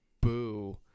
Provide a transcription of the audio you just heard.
boo